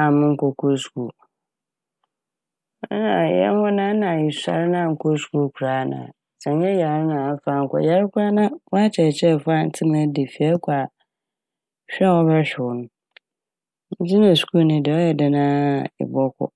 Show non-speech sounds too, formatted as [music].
a monnkɔkɔ skuul. [unintelligible] Hɛn hɔ nara na yesuar na annkɔ skuul koraa a na sɛ annyɛ yar na ammfa annkɔ sɛ eyar na w'akyerɛkyerɛfo anntse ma ɛda fie a ɛkɔ a hwe a wɔbɔhwe wo ntsi na skuul ne de ɔyɛ dɛn ara a ebɔkɔ.